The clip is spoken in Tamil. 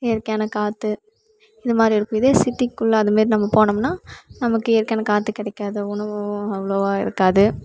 இயற்கையான காற்று இது மாதிரி இருக்கும் இதே சிட்டிக்குள்ள அது மாரி நம்ம போனோம்னா நமக்கு இயற்கையான காற்று கிடைக்காது உணவும் அவ்வளோவா இருக்காது